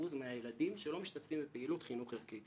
מהילדים שלא משתתפים בפעילות חינוך ערכי .